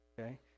Okay